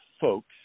folks